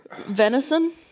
Venison